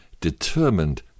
determined